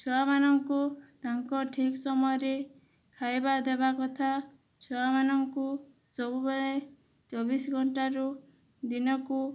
ଛୁଆମାନଙ୍କୁ ତାଙ୍କ ଠିକ୍ ସମୟରେ ଖାଇବା ଦେବା କଥା ଛୁଆମାନଙ୍କୁ ସବୁବେଳେ ଚବିଶ ଘଣ୍ଟାରୁ ଦିନକୁ